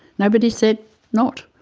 nobody said not.